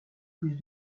plus